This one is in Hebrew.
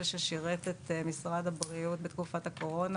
ששירת את משרד הבריאות בתקופת הקורונה,